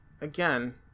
again